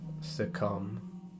succumb